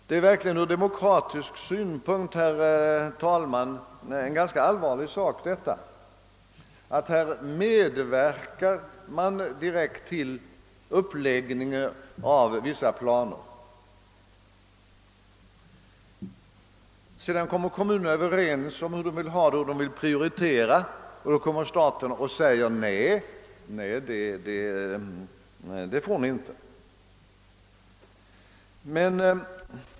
Det är verkligen ur demokratisk synpunkt en högst allvarlig sak, herr talman, att staten direkt medverkar till uppläggningen av vissa planer och att kommunernas företrädare sedan kommer överens om hur de skall prioritera olika ändamål men att staten därefter säger att de inte får göra på detta sätt.